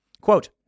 Quote